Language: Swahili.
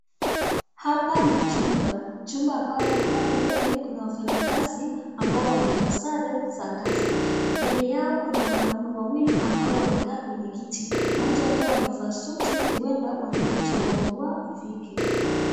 Hapa ni chumba, chumba ambapo hapo mbele kuna wafanyikazi ambao wamevaa sare za kazi. Mbele yao kuna wanaume wawili ambao wamekaa kwenye kiti, moja akiwa amevaa suti, huenda wanaingoja awamu wao ifike.